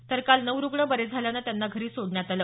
तर काल नऊ रुग्ण बरे झाल्यानं त्यांना घरी सोडण्यात आलं